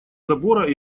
забора